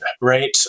right